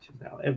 now